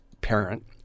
parent